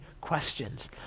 questions